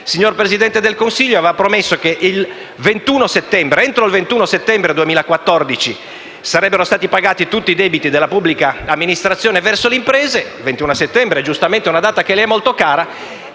signor Presidente del Consiglio, lei aveva promesso che entro il 21 settembre 2014 sarebbero stati pagati tutti i debiti della pubblica amministrazione verso le imprese. Il 21 settembre è una data che le è molto cara,